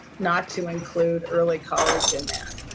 not to include early college in that.